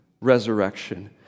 resurrection